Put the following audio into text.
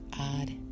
odd